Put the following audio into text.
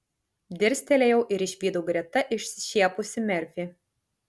dirstelėjau ir išvydau greta išsišiepusį merfį